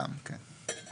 גם, כן.